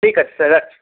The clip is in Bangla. ঠিক আছে স্যার রাখছি